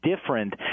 different